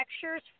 textures